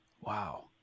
Wow